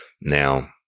Now